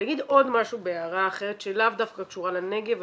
אני אגיד עוד משהו בהערה אחרת שלאו דווקא קשורה לנגב,